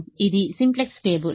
ఇది simplex table